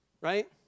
Right